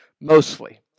Mostly